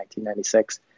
1996